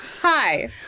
Hi